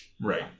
Right